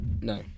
No